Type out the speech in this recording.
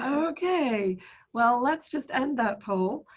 okay well let's just end that poll